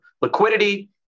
liquidity